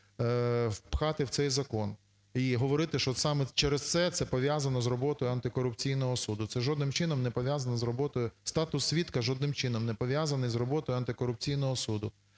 впхати в цей закон і говорити, що саме через це це пов'язано з роботою антикорупційного суду. Це жодним чином не пов'язано з роботою, статус свідка жодним чином не пов'язаний з роботою антикорупційного суду.